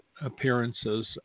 appearances